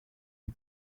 you